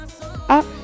up